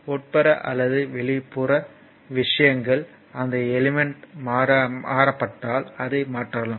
உட்புற அல்லது வெளிப்புற விஷயங்கள் அந்த எலிமெண்ட் மாற்றப்பட்டால் அதை மாற்றலாம்